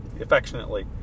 affectionately